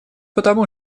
потому